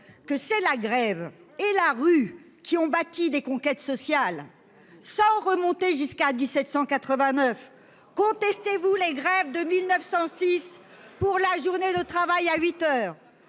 que c'est la grève et la rue qui ont bâti des conquêtes sociales, sans remonter jusqu'à 1789 contestez-vous les grèves de 1906 pour la journée de travail à 8h